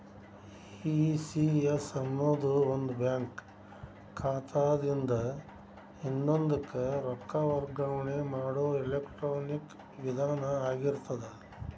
ECS ಅನ್ನೊದು ಒಂದ bank ಖಾತಾದಿನ್ದ ಇನ್ನೊಂದಕ್ಕ ರೊಕ್ಕ ವರ್ಗಾವಣೆ ಮಾಡೊ ಎಲೆಕ್ಟ್ರಾನಿಕ್ ವಿಧಾನ ಆಗಿರ್ತದ